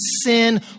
sin